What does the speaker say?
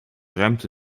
ruimte